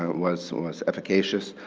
was was efficacious.